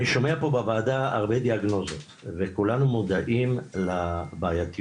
אני שומע פה בוועדה הרבה דיאגנוזות וכולנו מודעים לבעייתיות,